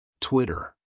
Twitter